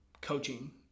coaching